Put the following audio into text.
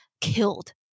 killed